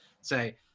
Say